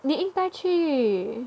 你应该去